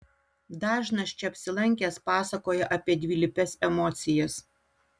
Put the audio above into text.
dažnas čia apsilankęs pasakoja apie dvilypes emocijas